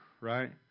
right